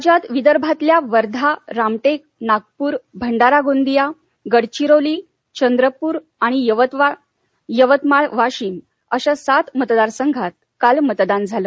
राज्यात विदर्भातल्या वर्धा रामटेक नागपूर भंडारा गोंदिया गडविरोली चंद्रपूर आणि यवतमाळ वाशिम अशा सात मतदार संघात काल मतदान झालं